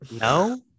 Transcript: No